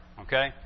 Okay